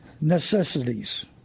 necessities